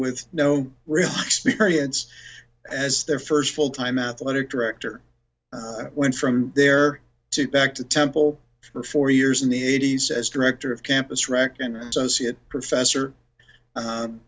with no real experience as their first full time athletic director went from there to back to temple for four years in the eighty's as director of campus reckon so see it professor